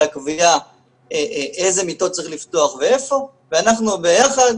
הקביעה איזה מיטות צריך לפתוח ואיפה ואנחנו ביחד,